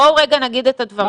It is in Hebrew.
בואו, נגיד את הדברים.